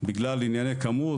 בגלל ענייני כמות,